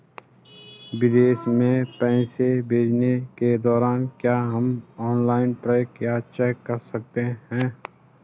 विदेश में पैसे भेजने के दौरान क्या हम ऑनलाइन ट्रैक या चेक कर सकते हैं?